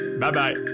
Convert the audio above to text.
bye-bye